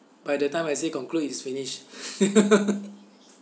by the time I say conclude it's finished